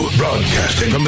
broadcasting